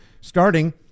starting